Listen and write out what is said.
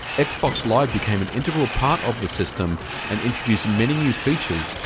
xbox live became an integral part of the system and introduced many new features,